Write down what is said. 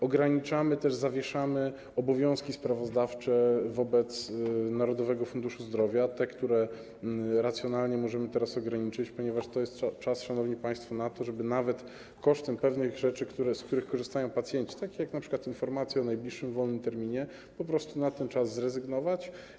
Ograniczamy też, zawieszamy obowiązki sprawozdawcze wobec Narodowego Funduszu Zdrowia, te, które racjonalnie możemy teraz ograniczyć, ponieważ to jesz czas, szanowni państwo, na to, żeby nawet kosztem pewnych rzeczy, z których korzystają pacjenci, takich jak np. informacje o najbliższym wolnym terminie, po prostu na ten czas z tego zrezygnować.